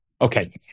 Okay